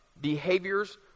behaviors